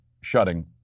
shutting